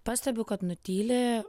pastebiu kad nutyli